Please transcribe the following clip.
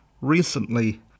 recently